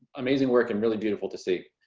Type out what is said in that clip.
amazing work and really beautiful to see.